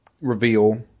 reveal